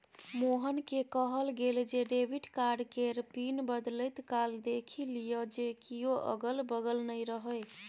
मोहनकेँ कहल गेल जे डेबिट कार्ड केर पिन बदलैत काल देखि लिअ जे कियो अगल बगल नै रहय